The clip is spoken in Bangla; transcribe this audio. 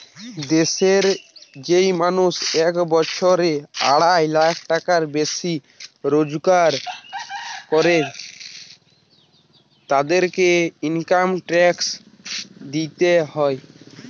দেশের যেই মানুষ এক বছরে আড়াই লাখ টাকার বেশি রোজগার করের, তাদেরকে ইনকাম ট্যাক্স দিইতে হয়